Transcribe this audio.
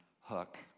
Hook